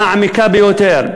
סדר-היום בצורה מעמיקה ביותר.